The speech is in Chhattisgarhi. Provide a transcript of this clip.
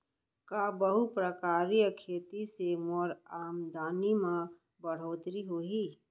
का बहुप्रकारिय खेती से मोर आमदनी म बढ़होत्तरी होही?